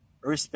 respect